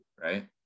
right